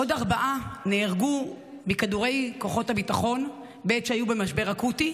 עוד ארבעה נהרגו מכדורי כוחות הביטחון בעת שהיו במשבר אקוטי,